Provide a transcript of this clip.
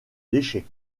déchets